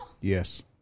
yes